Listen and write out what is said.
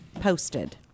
posted